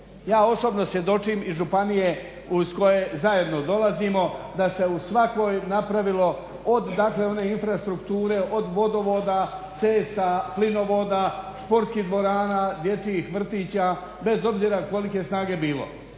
Ja osobno svjedočim iz županije iz koje zajedno dolazimo da se u svakoj napravilo od dakle one infrastrukture, od vodovoda, cesta, plinovoda, športskih dvorana, dječjih vrtića, bez obzira kolike snage bilo,